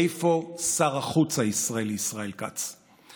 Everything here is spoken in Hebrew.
איפה שר החוץ הישראלי, ישראל כץ?